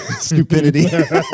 stupidity